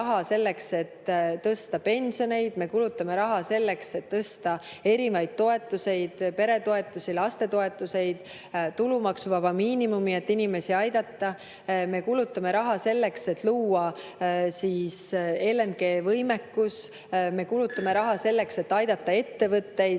Me kulutame raha selleks, et tõsta pensioneid, me kulutame raha selleks, et tõsta erinevaid toetusi, peretoetusi, lastetoetusi, tulumaksuvaba miinimumi, et inimesi aidata. Me kulutame raha selleks, et luua LNG-võimekus, me kulutame raha selleks, et aidata ettevõtteid